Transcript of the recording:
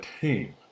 team